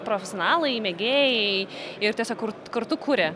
profesionalai mėgėjai ir tiesiog kurt kurtu kuria